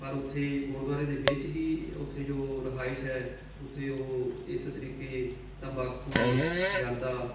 ਪਰ ਉੱਥੇ ਗੁਰਦੁਆਰੇ ਦੇ ਵਿੱਚ ਹੀ ਉੱਥੇ ਜੋ ਰਿਹਾਇਸ਼ ਹੈ ਉੱਥੇ ਉਹ ਇਸ ਤਰੀਕੇ ਤੰਬਾਕੂ ਜਰਦਾ